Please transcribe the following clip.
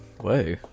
Whoa